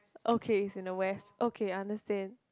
okay it's in the west okay understand